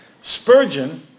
Spurgeon